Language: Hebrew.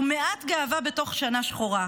שהוא מעט גאווה בתוך שנה שחורה,